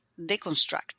deconstruct